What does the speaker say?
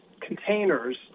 containers